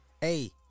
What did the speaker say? Hey